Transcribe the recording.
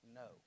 no